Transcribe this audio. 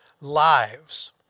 lives